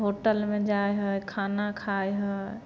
होटलमे जाइ है खाना खाइ है